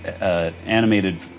animated